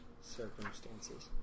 circumstances